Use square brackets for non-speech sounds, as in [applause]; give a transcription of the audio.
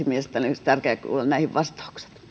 [unintelligible] mielestäni tärkeää kuulla näihin vastaukset